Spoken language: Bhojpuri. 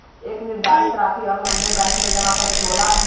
एक निर्धारित रासी हर महीना बैंक मे जमा करावे के होला